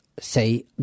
say